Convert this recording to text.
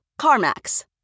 CarMax